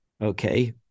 okay